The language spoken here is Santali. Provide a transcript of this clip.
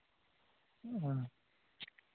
ᱚᱻ